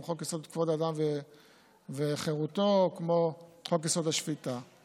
כמו חוק-יסוד: כבוד האדם וחירותו וחוק-יסוד: השפיטה,